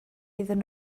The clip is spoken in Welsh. iddyn